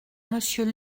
monsieur